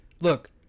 Look